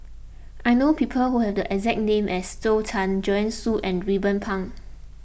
I know people who have the exact name as Zhou Can Joanne Soo and Ruben Pang